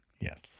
Yes